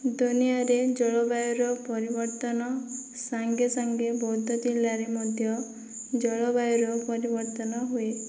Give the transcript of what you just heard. ଦୁନିଆରେ ଜଳବାୟୁର ପରିବର୍ତ୍ତନ ସଙ୍ଗେସଙ୍ଗେ ବୌଦ୍ଧ ଜିଲ୍ଲାରେ ମଧ୍ୟ ଜଳବାୟୁର ପରିବର୍ତ୍ତନ ହୁଏ